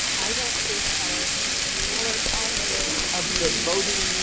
i don't think our color politics of the voting